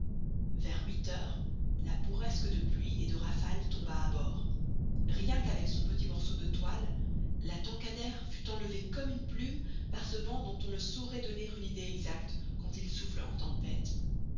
vers huit heures la bourrasque de pluie et de rafale tomba à bord rien qu'avec son petit morceau de toile la tankadère fut enlevée comme une plume par ce vent dont on ne saurait donner une idée exacte quand il souffle en tempête